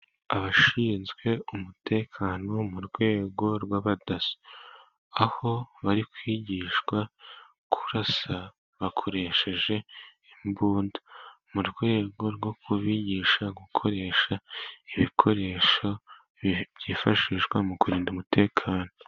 Abashinzwe umutekano mu rwego rw'Abadaso, aho bari kwigishwa kurasa bakoresheje imbunda. Mu rwego rwo kubigisha gukoresha ibikoresho byifashishwa mu kurinda umutekano.